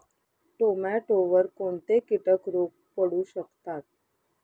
टोमॅटोवर कोणते किटक रोग पडू शकतात?